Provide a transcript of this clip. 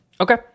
Okay